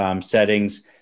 settings